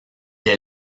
est